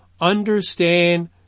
understand